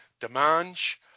Demange